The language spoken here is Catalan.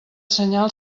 senyal